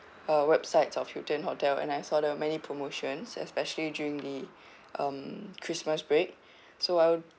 uh websites of hilton hotel and I saw there were many promotions especially during the um christmas break so I would